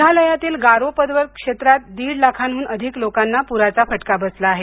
मेघालयातील गारो पर्वत क्षेत्रात दीड लाखांहून अधिक लोकांना पुराचा फटका बसला आहे